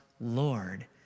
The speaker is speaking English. Lord